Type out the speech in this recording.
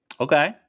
Okay